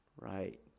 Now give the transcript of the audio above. right